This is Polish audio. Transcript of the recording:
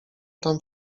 tam